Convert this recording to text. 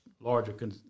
larger